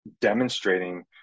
demonstrating